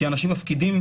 כי אנשים מפקידים,